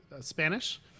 Spanish